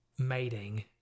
Mating